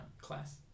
class